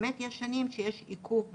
באמת יש שנים שיש עיכוב בהגעה,